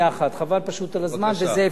חבל פשוט על הזמן, וזה גם אפשרי.